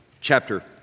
chapter